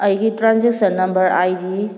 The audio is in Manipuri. ꯑꯩꯒꯤ ꯇ꯭ꯔꯥꯟꯖꯦꯛꯁꯟ ꯅꯝꯕꯔ ꯑꯥꯏ ꯗꯤ